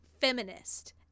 feminist